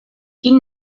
quin